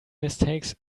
mistakes